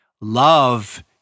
Love